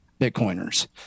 Bitcoiners